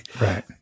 Right